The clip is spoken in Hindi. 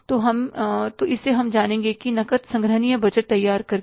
तो इसे हम जानेंगे नकद संग्रहणी बजट तैयार करके